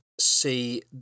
See